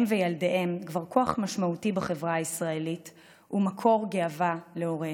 הם וילדיהם כבר כוח משמעותי בחברה הישראלית ומקור גאווה להוריהם.